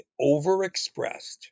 overexpressed